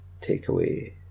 takeaway